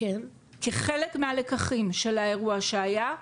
כחלק מהלקחים של האירוע שהיה,